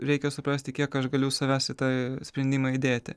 reikia suprasti kiek aš galiu savęs į tą sprendimą įdėti